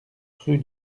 rue